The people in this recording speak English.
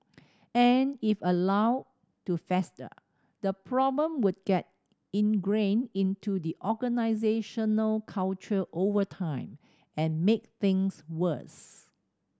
and if allowed to fester the problem would get ingrained into the organisational culture over time and make things worse